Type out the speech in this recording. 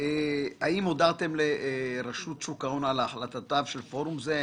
האם הודעתם לרשות שוק ההון על החלטותיו של הפורום הזה?